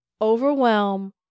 overwhelm